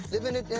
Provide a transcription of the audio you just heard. livin'